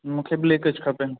मूंखे ब्लैकिश खपे